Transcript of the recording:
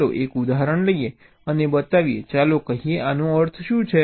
ચાલો એક ઉદાહરણ લઈએ અને બતાવીએ ચાલો કહીએ કે આનો અર્થ શું છે